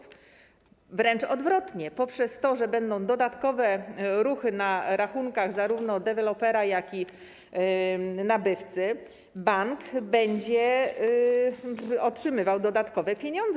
Wręcz odwrotnie, dzięki temu, że będą dodatkowe ruchy na rachunkach zarówno dewelopera, jak i nabywcy, bank będzie otrzymywał dodatkowe pieniądze.